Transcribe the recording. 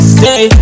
say